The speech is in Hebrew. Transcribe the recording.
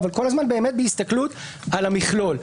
אבל כל הזמן בהסתכלות על המכלול.